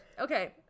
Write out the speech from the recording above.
Okay